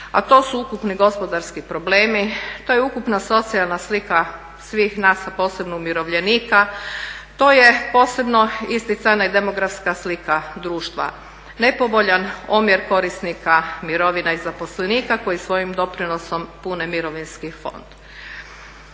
a to su ukupni gospodarski problemi, to je ukupna socijalna slika svih nas a posebno umirovljenika, to je posebno isticana i demografska slika društva. Nepovoljan omjer korisnika mirovina i zaposlenika koji svojim doprinosom pune Mirovinski fond.